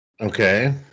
Okay